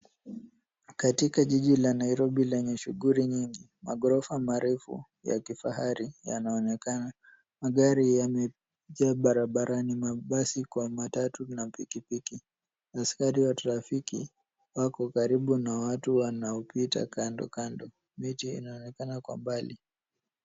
Katika jiji la Nairobi lenye shughuli nyingi. Maghorofa marefu ya kifahari yanaonekana. Magari yamejaa barabarani, mabasi kwa matatu na pikipiki. Na askari wa trafiki wako karibu na watu wanaopita kando kando. Miti inaonekana kwa mbali.